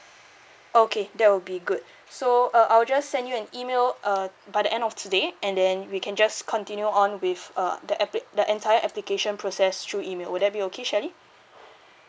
okay that will be good so uh I'll just send you an email so uh by the end of today and then we can just continue on with uh the appli~ the entire application process through email would that be okay shirley